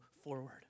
forward